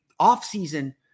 offseason